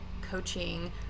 coaching